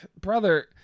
brother